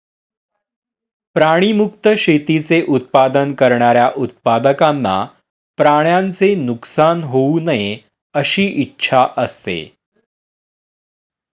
प्राणी मुक्त शेतीचे उत्पादन करणाऱ्या उत्पादकांना प्राण्यांचे नुकसान होऊ नये अशी इच्छा असते